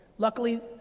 luckily,